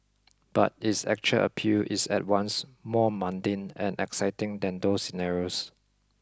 but its actual appeal is at once more mundane and exciting than those scenarios